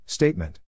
Statement